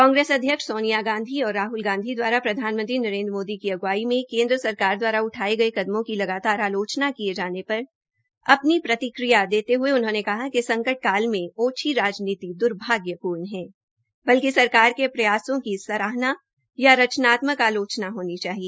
कांग्रेस अध्यक्ष सोनिया गांधी और राहल गांधी दवारा प्रधानमंत्री नरेन्द्र मोदी की अग्वाई में केन्द्र सरकार द्वारा उठाये गये कदमों की लगातार आलोचना किये जाने पर अपनी प्रतिक्रिया देते हये कहा कि संकट काल में ओछी राजनीति द्र्भाग्यपूर्ण है बल्कि सरकार के प्रयासों की सराहना या रचनातमक आलोचना होना चाहिए